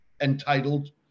entitled